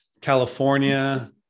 California